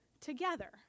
together